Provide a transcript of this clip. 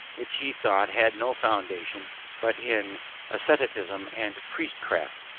which he thought had no foundation but in asceticism and priestcraft.